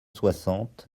soixante